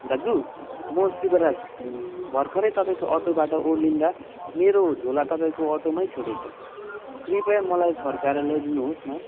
दाजु म शिवराज भर्खरै तपाईँको अटोबाट ओर्लिँदा मेरो झोला तपाईँको अटोमै छोडेछ कृपया मलाई फर्काएर ल्याइदिनुहोस् न